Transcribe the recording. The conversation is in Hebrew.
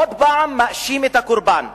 עוד פעם מאשים את הקורבן.